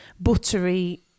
buttery